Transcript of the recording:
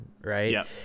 right